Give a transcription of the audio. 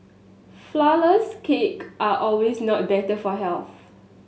flourless cake are always not better for health